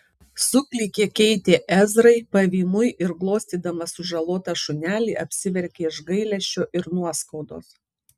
suklykė keitė ezrai pavymui ir glostydama sužalotą šunelį apsiverkė iš gailesčio ir nuoskaudos